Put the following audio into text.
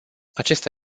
acesta